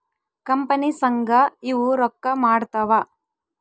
company ಸಂಘ ಇವು ರೊಕ್ಕ ಮಾಡ್ತಾವ